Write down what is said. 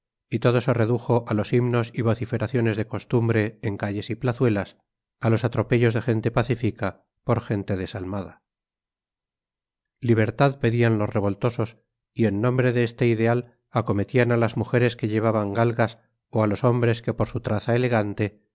y todo se redujo a los himnos y vociferaciones de costumbre en calles y plazuelas a los atropellos de gente pacífica por gente desalmada libertad pedían los revoltosos y en nombre de este ideal acometían a las mujeres que llevaban galgas o a los hombres que por su traza elegante